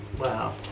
wow